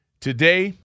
today